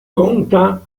conta